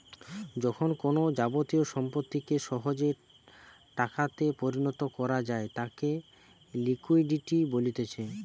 যখন কোনো যাবতীয় সম্পত্তিকে সহজে টাকাতে পরিণত করা যায় তাকে লিকুইডিটি বলতিছে